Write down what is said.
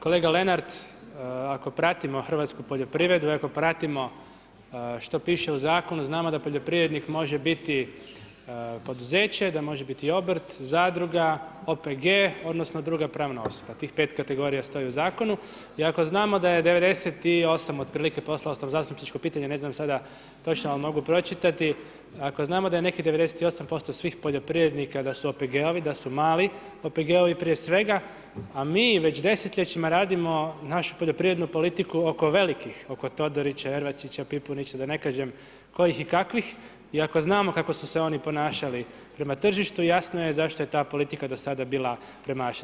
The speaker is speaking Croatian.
Kolega Lenart, ako pratimo hrvatsku poljoprivredu i ako pratimo što piše u zakonu znamo da poljoprivrednik može biti poduzeće, da može biti obrt, zadruga, OPG odnosno druga pravna osoba, tih pet kategorija stoji u zakonu i ako znamo da je 98 otprilike, poslao sam zastupničko pitanje ne znam sada točno, ali mogu pročitati ako znamo da je nekih 98% svih poljoprivrednika da su OPG-ovi da su mali OPG-ovi prije svega, a mi već desetljećima radimo našu poljoprivrednu politiku oko velikih oko Todorića, Hrvačića, Pipunića da ne kažem kojih i kakvih i ako znamo kako su se oni ponašali na tržištu i jasno je zašto je ta politika do sada bila premašena.